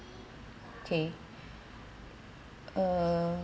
okay uh